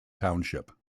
township